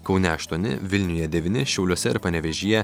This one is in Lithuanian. kaune aštuoni vilniuje devyni šiauliuose ir panevėžyje